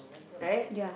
right